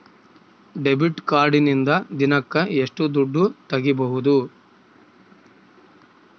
Debit ಕಾರ್ಡಿನಿಂದ ದಿನಕ್ಕ ಎಷ್ಟು ದುಡ್ಡು ತಗಿಬಹುದು?